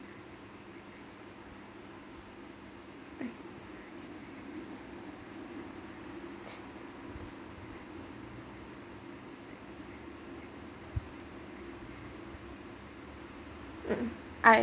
um I